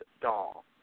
doll